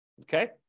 Okay